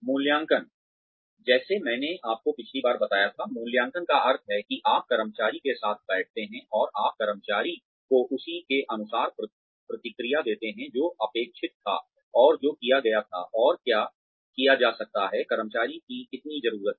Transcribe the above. मूल्यांकन जैसे मैंने आपको पिछली बार बताया था मूल्यांकन का अर्थ है कि आप कर्मचारी के साथ बैठते हैं और आप कर्मचारी को उसी के अनुसार प्रतिक्रिया देते हैं जो अपेक्षित था और जो किया गया था और क्या किया जा सकता है कर्मचारी की कितनी जरूरत है